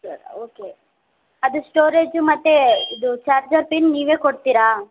sir okay ಅದು storage ಮತ್ತು ಇದು ಚಾರ್ಜರ್ ಪಿನ್ ನೀವೆ ಕೊಡ್ತೀರಾ